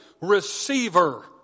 receiver